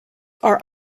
are